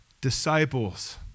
disciples